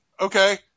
okay